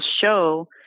show